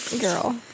girl